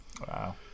Wow